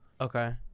Okay